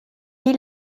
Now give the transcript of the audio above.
wie